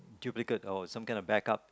duplicate or some kind of backup